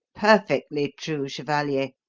perfectly true, chevalier.